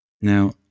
Now